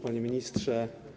Panie Ministrze!